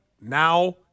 now